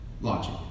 logic